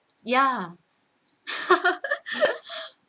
ya